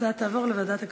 ההצעה תועבר לוועדת הכלכלה.